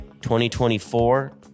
2024